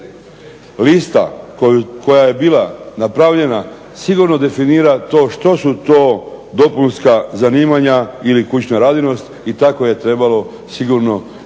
Lista koja je bila napravljena sigurno definira to što su to dopunska zanimanja ili kućna radinost i tako je trebalo sigurno i ostati.